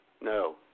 no